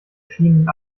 schienen